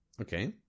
Okay